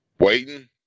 waiting